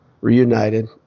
Reunited